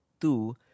Two